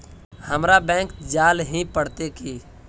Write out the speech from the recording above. हमरा बैंक जाल ही पड़ते की?